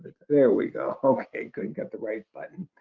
there we go. okay. good, got the right button.